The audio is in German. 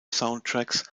soundtracks